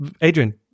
Adrian